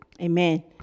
Amen